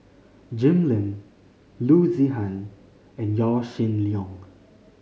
Jim Lim Loo Zihan and Yaw Shin Leong